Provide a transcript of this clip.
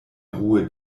ruhe